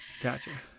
Gotcha